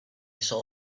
saw